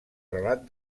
relat